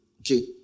Okay